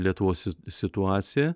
lietuvos situaciją